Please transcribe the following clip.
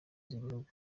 z’ibihugu